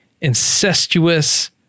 incestuous